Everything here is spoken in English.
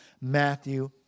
matthew